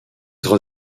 trois